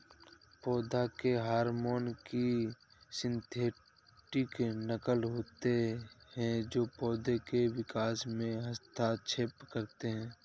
पौधों के हार्मोन की सिंथेटिक नक़ल होते है जो पोधो के विकास में हस्तक्षेप करते है